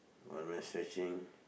one man stretching